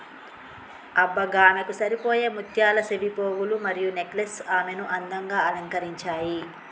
అబ్బ గామెకు సరిపోయే ముత్యాల సెవిపోగులు మరియు నెక్లెస్ ఆమెను అందంగా అలంకరించాయి